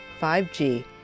5G